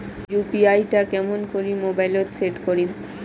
UPI টা কেমন করি মোবাইলত সেট করিম?